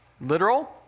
Literal